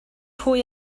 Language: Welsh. pwy